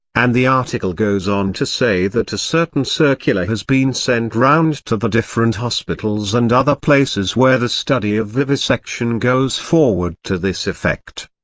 and the article goes on to say that a certain circular has been sent round to the different hospitals and other places where the study of vivisection goes forward to this effect.